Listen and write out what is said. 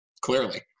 clearly